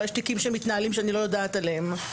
אולי יש תיקים שאני לא יודעת עליהם.